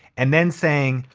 and then saying,